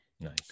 Nice